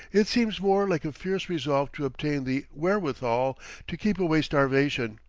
it seems more like a fierce resolve to obtain the wherewithal to keep away starvation.